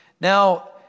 Now